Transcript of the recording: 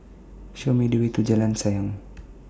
Show Me The Way to Jalan Sayang